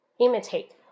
Imitate